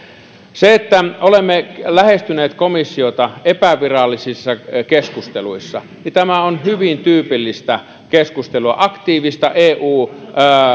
olemme lähestyneet komissiota epävirallisissa keskusteluissa ja tämä on hyvin tyypillistä keskustelua aktiivista eu